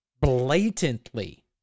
blatantly